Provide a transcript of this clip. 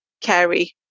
carry